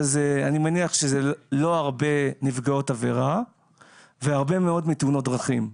אבל אני מניח שזה לא הרבה נפגעות עבירה והרבה מאוד מתאונות דרכים,